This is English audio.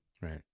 Right